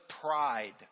pride